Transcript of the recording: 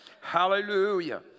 Hallelujah